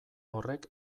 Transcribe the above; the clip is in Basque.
horrek